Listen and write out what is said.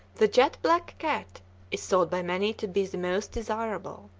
the jet-black cat is thought by many to be the most desirable.